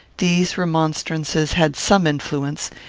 these remonstrances had some influence,